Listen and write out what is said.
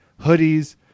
hoodies